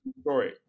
story